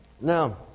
Now